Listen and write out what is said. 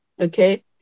Okay